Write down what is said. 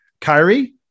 Kyrie